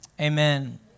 Amen